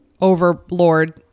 overlord